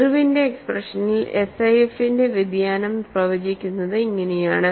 ഇർവിന്റെ എക്സ്പ്രഷനിൽ SIF ന്റെ വ്യതിയാനം പ്രവചിക്കുന്നത് ഇങ്ങനെയാണ്